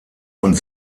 und